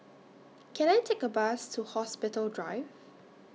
Can I Take A Bus to Hospital Drive